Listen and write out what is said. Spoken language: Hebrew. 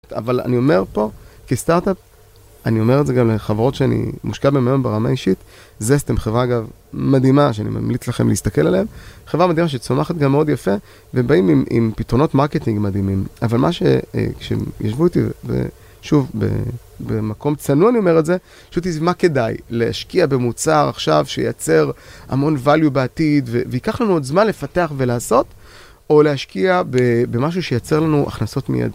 אבל אני אומר פה, כסטארט-אפ, אני אומר את זה גם לחברות שאני מושקע בהם היום ברמה אישית. זסטם, חברה אגב מדהימה, שאני ממליץ לכם להסתכל עליהן. חברה מדהימה שצומחת גם מאוד יפה, ובאים עם פתרונות מרקטינג מדהימים. אבל מה ש... כשישבו איתי, שוב, במקום צנוע, אני אומר את זה, פשוט, מה כדאי? להשקיע במוצר עכשיו, שייצר המון value בעתיד, והיא ייקח לנו עוד זמן לפתח ולעשות, או להשקיע במשהו שייצר לנו הכנסות מיד.